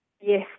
Yes